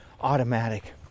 automatic